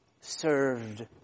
served